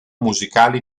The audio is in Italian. musicale